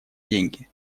деньги